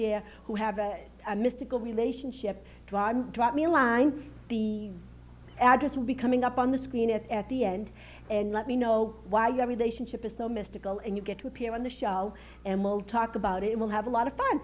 there who have a mystical relationship dr drop me a line the address will be coming up on the screen and at the end and let me know why you have relationship is so mystical and you get to appear on the show and we'll talk about it will have a lot of fun